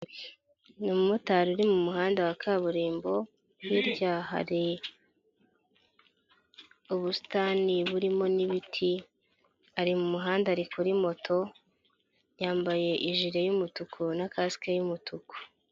Ni umumotari uri mu muhanda wa kaburimbo hirya hari ubusitani burimo n'ibiti ari mu muhanda ari kuri moto yambaye ijire y'umutuku na kasike y'umutuku.